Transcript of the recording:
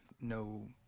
no